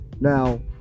Now